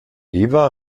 eva